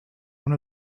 one